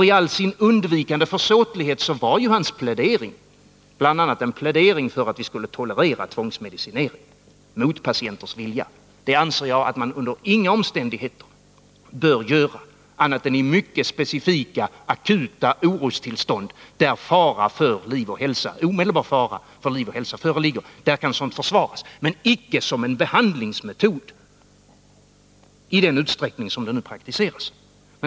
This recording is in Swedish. I all sin undvikande försåtlighet var ju hans plädering bl.a. en plädering för att vi skulle tolerera tvångsmedicinering mot 83 patienters vilja. Det anser jag att man under inga omständigheter bör göra — annat än vid mycket specifika akuta orostillstånd där omedelbar fara för liv och hälsa föreligger. I sådana fall kan metoden försvaras, men icke som behandlingsmetod i den utsträckning som den nu praktiseras.